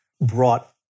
brought